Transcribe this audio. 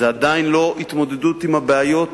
זו עדיין לא התמודדות עם בעיות